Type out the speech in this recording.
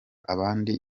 abandi